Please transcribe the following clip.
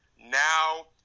now